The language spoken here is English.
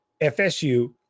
FSU